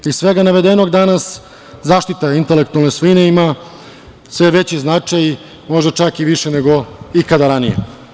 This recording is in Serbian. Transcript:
Iz svega navedenog danas zaštita intelektualne svojine ima sve veći značaj, možda čak i više nego ikada ranije.